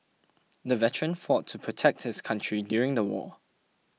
the veteran fought to protect his country during the war